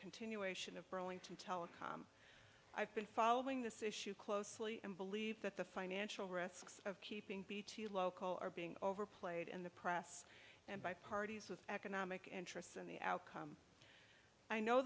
continuation of burlington telecom i've been following this issue closely and believe that the financial risks of keeping bt local are being overplayed in the press and by parties with economic interests in the outcome i know